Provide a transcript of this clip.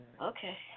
Okay